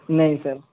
نہیں سر